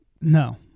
No